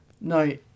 no